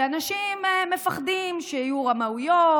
כי אנשים מפחדים שיהיו רמאויות,